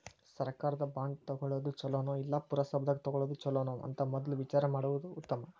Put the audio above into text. ಸರ್ಕಾರದ ಬಾಂಡ ತುಗೊಳುದ ಚುಲೊನೊ, ಇಲ್ಲಾ ಪುರಸಭಾದಾಗ ತಗೊಳೊದ ಚುಲೊನೊ ಅಂತ ಮದ್ಲ ವಿಚಾರಾ ಮಾಡುದ ಉತ್ತಮಾ